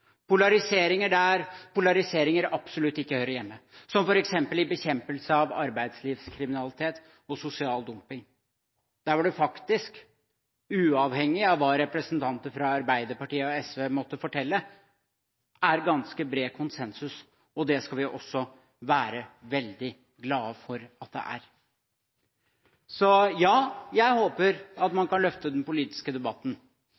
polariseringer der polariseringer absolutt ikke hører hjemme, som f.eks. når det gjelder bekjempelse av arbeidslivskriminalitet og sosial dumping, der hvor det faktisk, uavhengig av hva representanter fra Arbeiderpartiet og SV måtte fortelle, er ganske bred konsensus. Det skal vi være veldig glade for at det er. Jeg håper at man kan løfte den politiske debatten